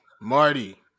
Marty